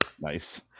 Nice